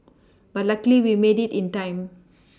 but luckily we made it in time